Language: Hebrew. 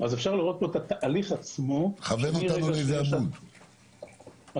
אפשר לראות את תהליך הקליטה של הערכות שקנינו.